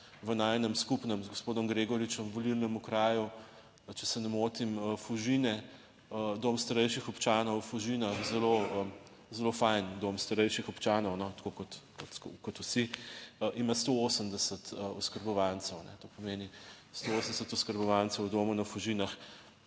V najinem skupnem z gospodom Gregoričem, volilnem okraju, če se ne motim, Fužine, Dom starejših občanov v Fužinah, zelo fajn, dom starejših občanov, tako kot vsi ima 180 oskrbovancev, to pomeni 180 oskrbovancev v domu na Fužinah